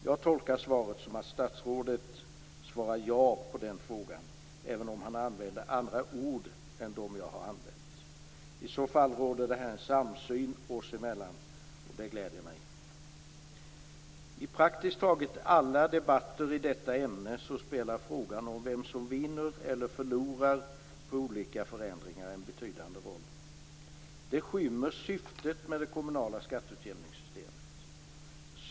Jag tolkar svaret som att statsrådet svarar ja på den frågan, även om han använde andra ord än dem jag har använt. I så fall råder det här en samsyn oss emellan, och det gläder mig. I praktiskt taget alla debatter i detta ämne spelar frågan om vem som vinner eller förlorar på olika förändringar en betydande roll. Det skymmer syftet med det kommunala skatteutjämningssystemet.